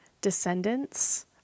descendants